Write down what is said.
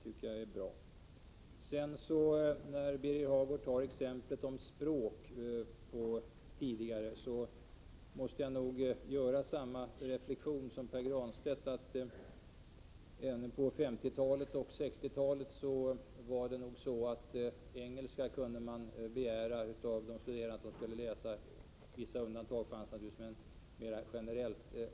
När Birger Hagård tar exemplet med språk, måste jag göra samma reflexion som Pär Granstedt, att man på 50-talet och 60-talet nog generellt endast kunde begära att de studerande skulle kunna läsa engelska — även om det fanns vissa undantag.